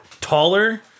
taller